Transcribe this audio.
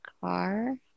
car